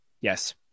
Yes